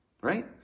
right